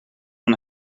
een